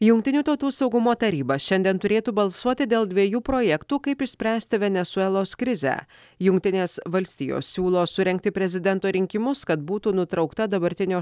jungtinių tautų saugumo taryba šiandien turėtų balsuoti dėl dviejų projektų kaip išspręsti venesuelos krizę jungtinės valstijos siūlo surengti prezidento rinkimus kad būtų nutraukta dabartinio